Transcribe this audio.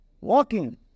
walking